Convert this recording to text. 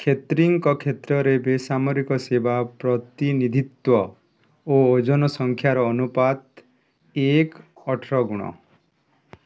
କ୍ଷେତ୍ରିଙ୍କ କ୍ଷେତ୍ରରେ ବେସାମରିକ ସେବା ପ୍ରତିନିଧିତ୍ୱ ଓ ଜନସଂଖ୍ୟାର ଅନୁପାତ ଏକ ଅଠର ଗୁଣ